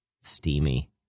Steamy